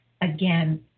again